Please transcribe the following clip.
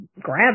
grab